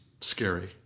scary